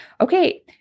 Okay